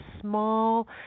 small